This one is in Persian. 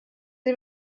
این